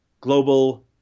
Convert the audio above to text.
global